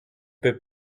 peux